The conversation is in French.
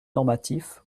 normatif